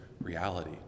reality